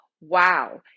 Wow